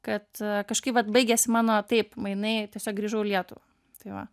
kad e kažkaip vat baigėsi mano taip mainai tiesiog grįžau į lietuvą tai va